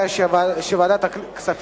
ועדת הכנסת תכריע.